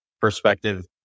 perspective